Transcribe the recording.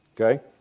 Okay